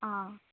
आं